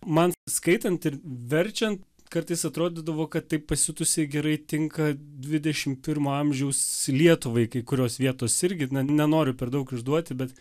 man skaitant ir verčiant kartais atrodydavo kad tai pasiutusiai gerai tinka dvidešimt pirmo amžiaus lietuvai kai kurios vietos irgi na nenoriu per daug išduoti bet